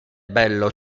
bello